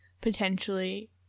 potentially